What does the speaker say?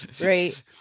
right